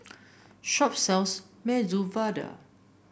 shop sells Medu Vada